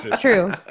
true